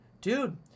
dude